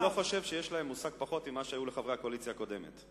אני לא חושב שיש להם מושג פחות ממה שהיה לחברי הקואליציה הקודמת.